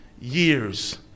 years